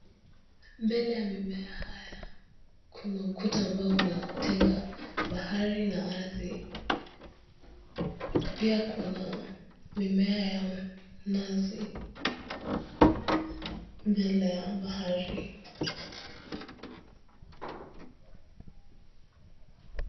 Mbele ya mimea haya kuna ukuta wa mbao unaotenga bahari na ardhi pia kuna mimea ya minazi mbele ya bahari.